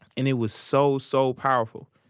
and it was so, so powerful.